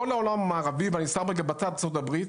בכל העולם המערבי ואני שם בצד את ארצות הברית